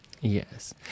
Yes